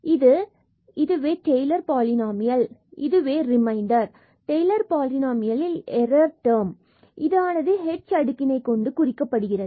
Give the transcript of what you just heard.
இங்கு இதுவே Taylor polynomial மற்றும் இதுவே இந்த ரிமைண்டர் டெய்லர் பாலினாமியல் ல் எரர் டெர்ம் error term இது ஆனது h அடுக்கினைக்கொண்டு குறிக்கப்படுகிறது